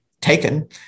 taken